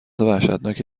وحشتناکی